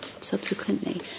subsequently